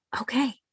okay